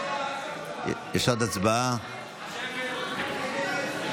לוועדה את הצעת חוק אסדרת שוק הקנביס